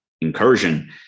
incursion